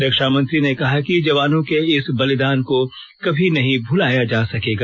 रक्षामंत्री ने कहा कि जवानों के इस बलिदान को कभी नहीं भुलाया जा सकेगा